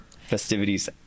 festivities